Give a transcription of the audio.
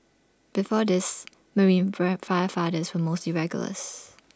before this marine fire firefighters were mostly regulars